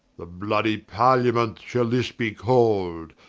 the bloody parliament shall this be call'd,